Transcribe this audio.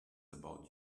about